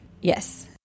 yes